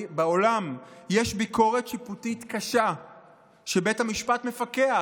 ב-87% מהדמוקרטיות בעולם יש ביקורת שיפוטית קשה שבית המשפט מפקח,